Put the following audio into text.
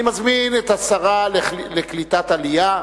אני מזמין את השרה לקליטת העלייה,